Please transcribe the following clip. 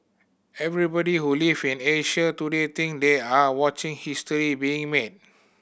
everybody who live in Asia today think they are watching history being made